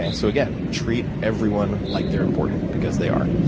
and so again, treat everyone like they're important, because they are.